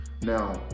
Now